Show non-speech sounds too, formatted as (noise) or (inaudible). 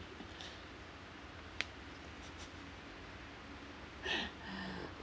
(breath)